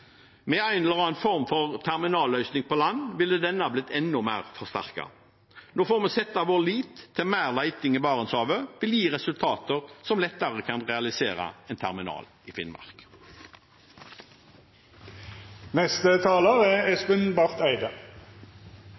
Med en eller annen form for terminalløsning på land ville den ha blitt enda mer forsterket. Nå får vi sette vår lit til at mer leting i Barentshavet vil gi resultater som lettere kan realisere en terminal i Finnmark. Som saksordfører Halleland helt riktig sa, er